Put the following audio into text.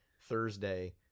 Thursday